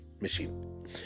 machine